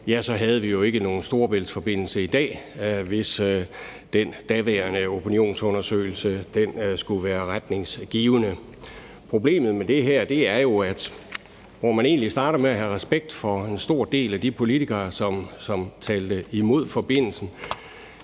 ja, så havde vi jo ikke nogen Storebæltsforbindelse i dag, hvis den daværende opinionsundersøgelse skulle være retningsgivende. Problemet med det her er jo, at hvor man egentlig starter med at have respekt for en stor del af de politikere, som talte imod forbindelsen,